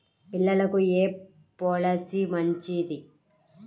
పిల్లలకు ఏ పొలసీ మంచిది?